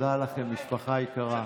תודה לכם, משפחה יקרה.